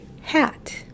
hat